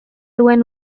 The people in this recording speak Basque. duen